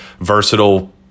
versatile